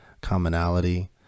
commonality